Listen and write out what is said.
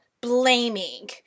blaming